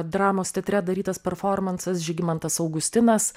dramos teatre darytas performansas žygimantas augustinas